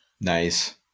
Nice